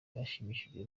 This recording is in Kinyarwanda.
bashimishijwe